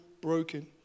broken